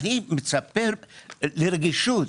ואני מצפה לרגישות,